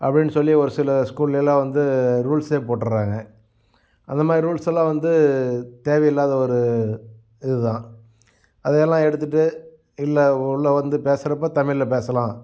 அப்படினு சொல்லி ஒரு சில ஸ்கூல்ல எல்லாம் வந்து ரூல்ஸ்ஸே போட்டுட்றாங்க அந்த மாதிரி ரூல்ஸ் எல்லாம் வந்து தேவயில்லாத ஒரு இது தான் அதையெல்லாம் எடுத்துகிட்டு இல்லை உள்ள வந்து பேசுகிறப்ப தமிழ்ல பேசலாம்